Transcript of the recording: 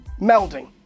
melding